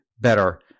better